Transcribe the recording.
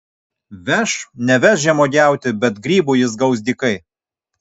veš neveš žemuogiauti bet grybų jis gaus dykai